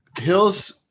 Hill's